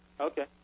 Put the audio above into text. Okay